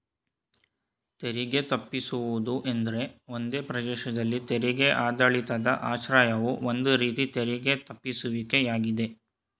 ತೆರಿಗೆ ತಪ್ಪಿಸುವುದು ಎಂದ್ರೆ ಒಂದೇ ಪ್ರದೇಶದಲ್ಲಿ ತೆರಿಗೆ ಆಡಳಿತದ ಆಶ್ರಯವು ಒಂದು ರೀತಿ ತೆರಿಗೆ ತಪ್ಪಿಸುವಿಕೆ ಯಾಗಿದೆ